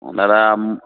অঁ দাদা